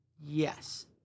Yes